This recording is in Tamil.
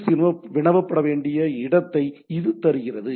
எஸ் வினவப்பட வேண்டிய இடத்தை இது தருகிறது